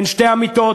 אין שתי אמיתות,